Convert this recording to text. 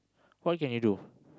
what can you do